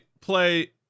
play